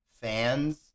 fans